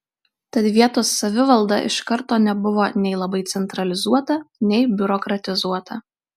tad vietos savivalda iš karto nebuvo nei labai centralizuota nei biurokratizuota